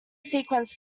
sequence